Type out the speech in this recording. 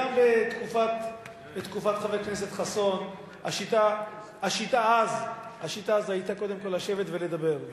גם בתקופת חבר הכנסת חסון השיטה היתה קודם כול לשבת ולדבר,